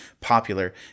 popular